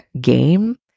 game